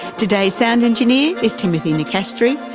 today's sound engineer is timothy nicastri.